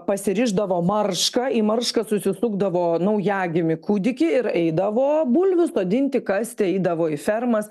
pasirišdavo maršką į maršką susisukdavo naujagimį kūdikį ir eidavo bulvių sodinti kasti eidavo į fermas